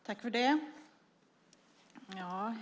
Herr talman!